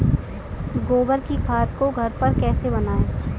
गोबर की खाद को घर पर कैसे बनाएँ?